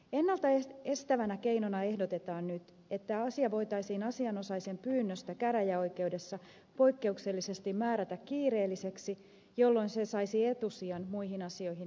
ennalta estävänä keinona ehdotetaan nyt että asia voitaisiin asianosaisen pyynnöstä käräjäoikeudessa poikkeuksellisesti määrätä kiireelliseksi jolloin se saisi etusijan muihin asioihin nähden